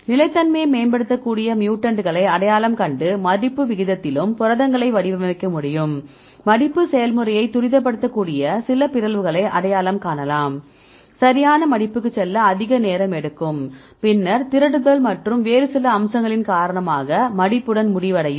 நிலைத்தன்மையை மேம்படுத்தக்கூடிய மியூட்டன்ட்களை அடையாளம் கண்டு மடிப்பு விகிதத்திலும் புரதங்களை வடிவமைக்க முடியும் மடிப்பு செயல்முறையை துரிதப்படுத்தக்கூடிய சில பிறழ்வுகளை அடையாளம் காணலாம் சரியான மடிப்புக்கு செல்ல அதிக நேரம் எடுக்கும் பின்னர் திரட்டுதல் மற்றும் வேறு சில அம்சங்களின் காரணமாக மடிப்புடன் முடிவடையும்